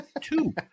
two